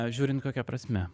žiūrint kokia prasme